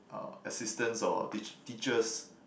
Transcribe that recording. uh assistance or teach~ teachers